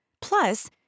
Plus